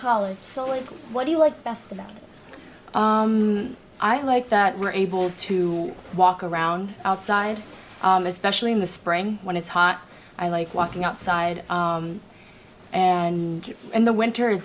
college feeling what do you like best about i like that we're able to walk around outside especially in the spring when it's hot i like walking outside and in the winter